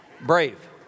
Brave